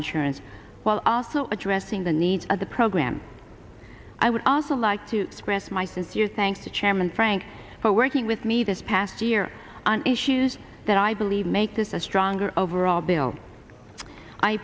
insurance while also addressing the needs of the program i would also like to express my sincere thanks to chairman frank for working with me this past year on issues that i believe make this a stronger overall bill i